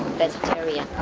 vegetarian.